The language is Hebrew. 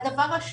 הדבר השני,